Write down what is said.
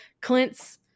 Clint's